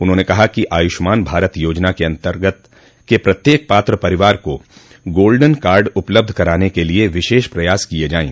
उन्होंने कहा है कि आयुष्मान भारत योजना के प्रत्येक पात्र परिवार को गोल्डन कार्ड उपलब्ध कराने के लिए विशेष प्रयास किए जाएं